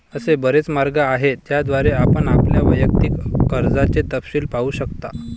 असे बरेच मार्ग आहेत ज्याद्वारे आपण आपल्या वैयक्तिक कर्जाचे तपशील पाहू शकता